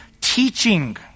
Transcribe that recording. teaching